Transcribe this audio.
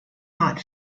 not